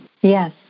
Yes